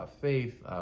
faith